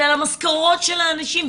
אלא למשכורות של אנשים,